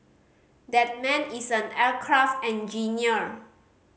that man is an aircraft engineer